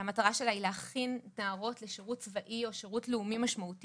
המטרה שלה היא להכין נערות לשירות צבאי או שירות לאומי משמעותי